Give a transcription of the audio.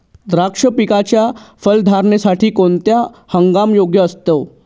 द्राक्ष पिकाच्या फलधारणेसाठी कोणता हंगाम योग्य असतो?